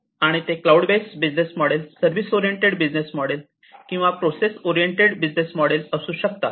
आणि ते cloud based business model service oriented business model किंवा प्रोसेस ओरिएंटेड बिझनेस मॉडेल असू शकतात